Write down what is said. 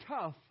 tough